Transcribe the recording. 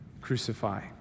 crucify